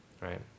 right